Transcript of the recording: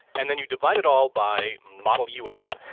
and then you divide it all by model u n